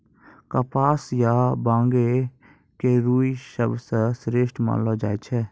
कपास या बांगो के रूई सबसं श्रेष्ठ मानलो जाय छै